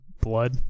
blood